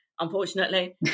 unfortunately